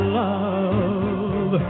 love